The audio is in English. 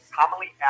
commonly